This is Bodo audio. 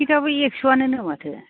टिकेटआबो एक छ'वानोनो माथो